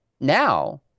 Now